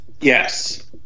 Yes